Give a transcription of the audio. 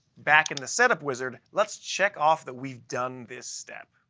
back in the setup wizard, let's check off that we've done this step.